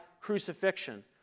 crucifixion